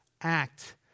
act